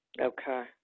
Okay